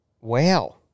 Wow